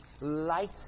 Light